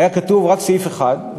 היה כתוב רק סעיף אחד,